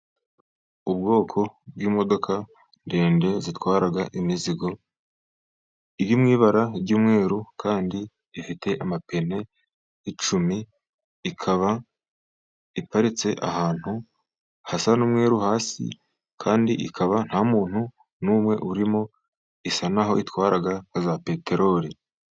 Ubwoko bw'imodoka ndende zitwara imizigo, iri mu ibara ry'umweru, kandi ifite amapine nk'icumi. Ikaba iparitse ahantu hasa n'umweru, hasi kandi ikaba nta muntu n'umwe urimo, isa naho itwaraga nka za peterori.